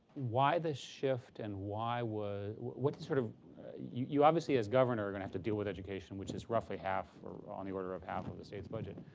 why the shift and why was what sort of you obviously, as governor, are going to have to deal with education, which is roughly half or on the order of half of the state's budget.